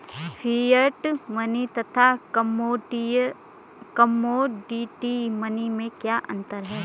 Fiat money तथा commodity money में क्या अंतर है?